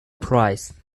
praise